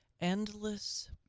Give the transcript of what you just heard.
endless